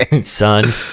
Son